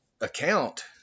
Account